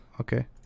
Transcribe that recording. Okay